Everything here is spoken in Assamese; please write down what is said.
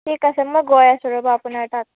ঠিক আছে মই গৈ আছোঁ ৰ'ব আপোনাৰ তাত